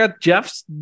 Jeff's